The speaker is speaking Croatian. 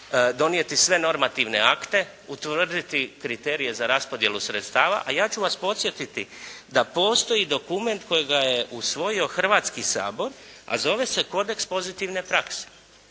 donijeti sve normativne akte, utvrditi kriterije za raspodjelu sredstava. A ja ću vas podsjetiti da postoji dokument kojega je usvojio Hrvatski sabor, a zove se Kodeks pozitivne prakse.